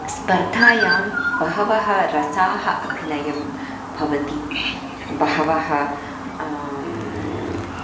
स्पर्धायां बहवः रसाः अभिनयं भवति बहवः